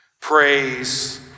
Praise